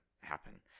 happen